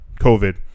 COVID